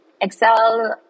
excel